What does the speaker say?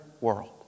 world